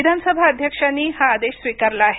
विधानसभा अध्यक्षांनी हा आदेश स्वीकारला आहे